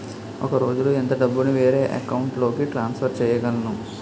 ఒక రోజులో ఎంత డబ్బుని వేరే అకౌంట్ లోకి ట్రాన్సఫర్ చేయగలను?